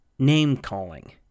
Name-calling